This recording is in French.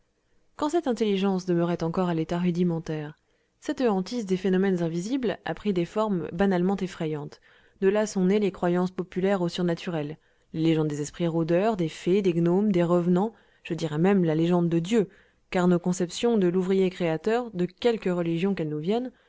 quand cette intelligence demeurait encore à l'état rudimentaire cette hantise des phénomènes invisibles a pris des formes banalement effrayantes de là sont nées les croyances populaires au surnaturel les légendes des esprits rôdeurs des fées des gnomes des revenants je dirai même la légende de dieu car nos conceptions de louvrier créateur de quelque religion qu'elles nous viennent